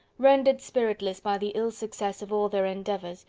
rendered spiritless by the ill-success of all their endeavours,